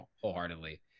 wholeheartedly